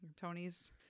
Tony's